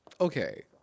Okay